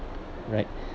right